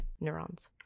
neurons